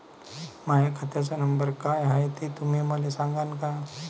माह्या खात्याचा नंबर काय हाय हे तुम्ही मले सागांन का?